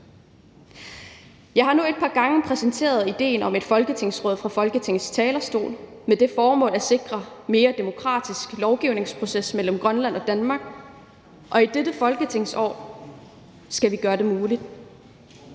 Jeg har nu et par gange præsenteret idéen om et folketingsråd fra Folketingets talerstol med det formål at sikre en mere demokratisk lovgivningsproces mellem Grønland og Danmark, og i dette folketingsår skal vi gøre det muligt.